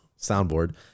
soundboard